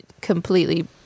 completely